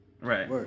Right